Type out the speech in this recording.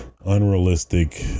unrealistic